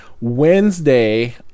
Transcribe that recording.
Wednesday